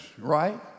right